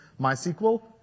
MySQL